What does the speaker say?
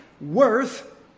worth